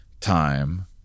time